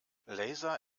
laser